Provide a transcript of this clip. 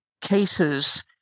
cases